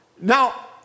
Now